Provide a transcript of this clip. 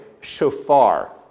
shofar